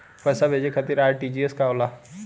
पैसा भेजे खातिर आर.टी.जी.एस का होखेला?